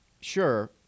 Sure